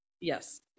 yes